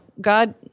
God